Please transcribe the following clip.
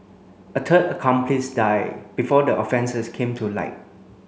a third accomplice died before the offences came to light